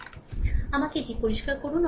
সুতরাং আমাকে এটি পরিষ্কার করুন